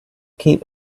keep